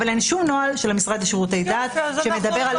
אבל אין שום נוהל של המשרד לשירותי דת שמדבר על אופי הטקס.